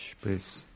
please